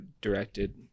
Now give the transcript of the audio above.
directed